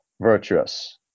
virtuous